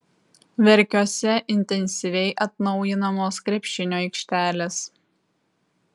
verkiuose intensyviai atnaujinamos krepšinio aikštelės